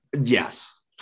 yes